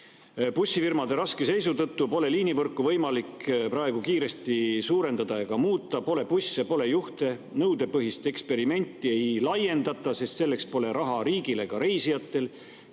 Bussifirmade raske seisu tõttu pole liinivõrku võimalik praegu kiiresti suurendada ega muuta. Pole busse, pole juhte. Nõudepõhist eksperimenti ei laiendata, sest selleks pole raha riigil ega reisijatel.